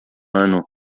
ano